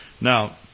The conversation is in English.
Now